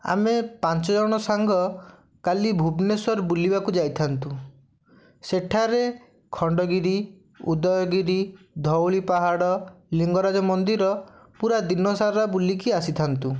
ଆମେ ପାଞ୍ଚଜଣ ସାଙ୍ଗ କାଲି ଭୁବନେଶ୍ୱର ବୁଲିବାକୁ ଯାଇଥାନ୍ତୁ ସେଠାରେ ଖଣ୍ଡଗିରି ଉଦୟଗିରି ଧଉଳି ପାହାଡ଼ ଲିଙ୍ଗରାଜ ମନ୍ଦିର ପୁରା ଦିନସାରା ବୁଲିକି ଆସିଥାନ୍ତୁ